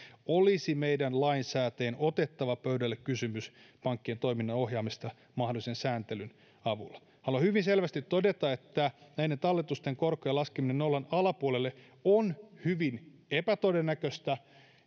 olisi meidän lainsäätäjien otettava pöydälle kysymys pankkien toiminnan ohjaamisesta mahdollisen sääntelyn avulla haluan hyvin selvästi todeta että näiden talletusten korkojen laskeminen nollan alapuolelle on hyvin epätodennäköistä